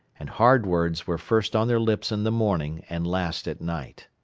and hard words were first on their lips in the morning and last at night.